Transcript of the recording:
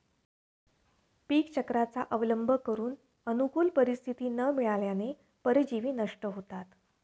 पीकचक्राचा अवलंब करून अनुकूल परिस्थिती न मिळाल्याने परजीवी नष्ट होतात